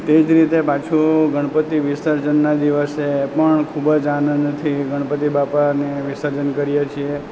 તેવી જ રીતે પાછું ગણપતિ વિસર્જનના દિવસે પણ ખૂબ જ આનંદથી ગણપતિ બાપાને વિસર્જન કરીએ છીએ